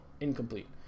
incomplete